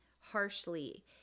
harshly